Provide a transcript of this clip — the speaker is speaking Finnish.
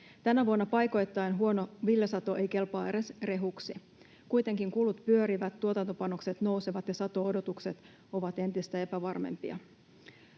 Tänä vuonna paikoittain huono viljasato ei kelpaa edes rehuksi. Kuitenkin kulut pyörivät, tuotantopanokset nousevat ja sato-odotukset ovat entistä epävarmempia.